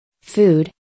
Food